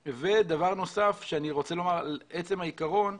דבר נוסף שאני רוצה לומר על עצם העיקרון.